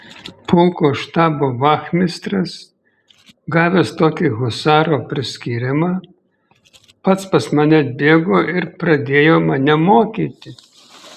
pulko štabo vachmistras gavęs tokį husaro priskyrimą pats pas mane atbėgo ir pradėjo mane mokyti